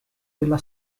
della